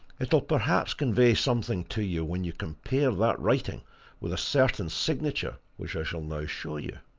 it'll perhaps convey something to you when you compare that writing with a certain signature which i shall now show you.